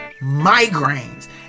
migraines